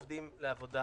היא להחזיר עובדים לעבודה,